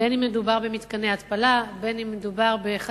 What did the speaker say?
בין שמדובר במתקני התפלה,